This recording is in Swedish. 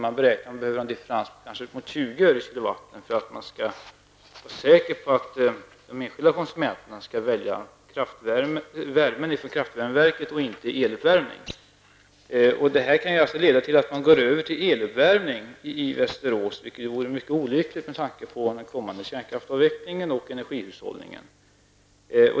Man beräknar att det behövs en differens på ca 20 öre per kilowatt för att vara säker på att de enskilda konsumenterna skall välja värmen från kraftvärmeverket och inte eluppvärmningen. Det kan leda till att de går över till eluppvärmning i Västerås, vilket vore mycket olyckligt med tanke på den kommande kärnkraftsavvecklingen och energihushållningen.